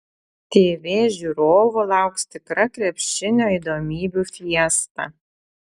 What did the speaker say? tv žiūrovų lauks tikra krepšinio įdomybių fiesta